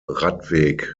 radweg